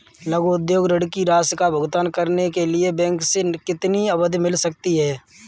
लघु उद्योग ऋण की राशि का भुगतान करने के लिए बैंक से कितनी अवधि मिल सकती है?